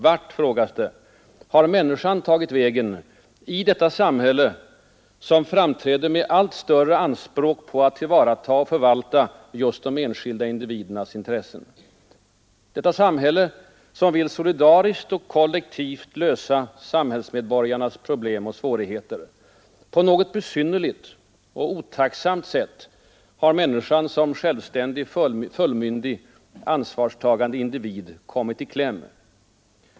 Vart — frågas det — har människan tagit vägen i detta samhälle, som framträder med allt större anspråk på att tillvarata och förvalta just de enskilda individernas intressen? Detta samhälle, som vill solidariskt och kollektivt lösa samhällsmedborgarnas problem och svårigheter. På något besynnerligt och otacksamt sätt har människan som självständig, fullmyndig, ansvarstagande individ kommit i kläm.